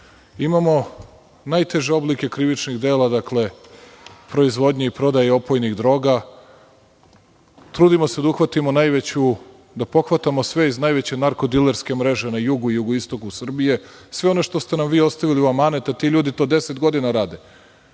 Imamo najteže oblike krivičnih dela - proizvodnje i prodaje opojnih droga. Trudimo se da pohvatamo sve iz najveće narko-dilerske mreže na jugu i jugoistoku Srbije. Sve ono što ste nam vi ostavili u amanet, a ti ljudi to 10 godina rade.